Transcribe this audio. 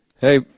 hey